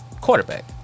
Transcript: quarterback